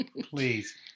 Please